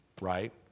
right